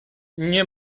nie